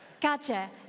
Gotcha